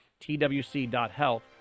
twc.health